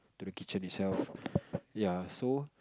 to the kitchen itself ya so